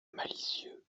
malicieux